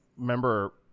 Remember